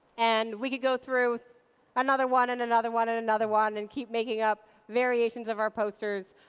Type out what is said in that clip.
and we could go through another one and another one and another one and keep making up variations of our posters.